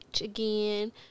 again